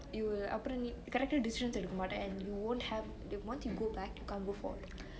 you'll அப்ரொ நீ:apro nee correct டா:ta decisions எடுக்க மாட்ட:edukke maate and you won't have once you go back you can't go forth